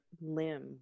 limb